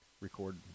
record